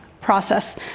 process